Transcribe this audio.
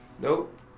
Nope